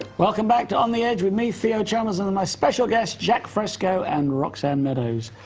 welcome back to on the edge with me, theo chalmers and my special guests jacque fresco and roxanne meadows.